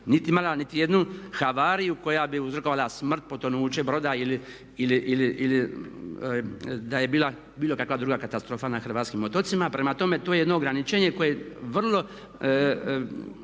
nije imala niti jednu havariju koja bi uzrokovala smrt, potonuće broda ili da je bila bilo kakva druga katastrofa na hrvatskim otocima. Prema tome, to je jedno ograničenje koje vrlo,